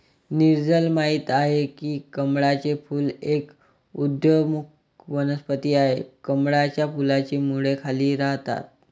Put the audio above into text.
नीरजल माहित आहे की कमळाचे फूल एक उदयोन्मुख वनस्पती आहे, कमळाच्या फुलाची मुळे खाली राहतात